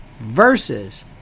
versus